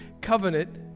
covenant